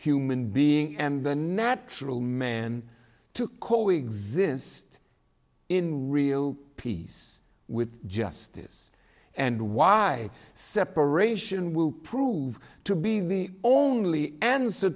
human being and the natural man to co exist in real peace with justice and why separation will prove to be the only answer